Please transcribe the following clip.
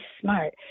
smart